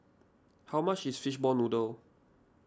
how much is Fishball Noodle